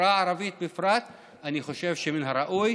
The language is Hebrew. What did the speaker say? ובחברה הערבית בפרט אני חושב שמן הראוי